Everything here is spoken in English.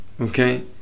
Okay